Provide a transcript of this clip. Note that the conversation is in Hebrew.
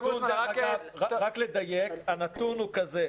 רק לדייק הנתון הוא כזה: